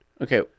Okay